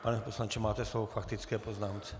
Pane poslanče, máte slovo k faktické poznámce.